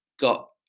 got